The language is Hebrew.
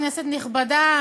כנסת נכבדה,